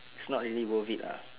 it's not really worth it ah